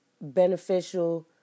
beneficial